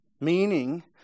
Meaning